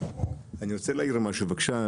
אני רוצה להעיר משהו בבקשה,